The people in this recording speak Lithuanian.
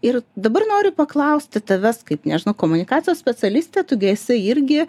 ir dabar noriu paklausti tavęs kaip nežnau komunikacijos specialistė tu gi esi irgi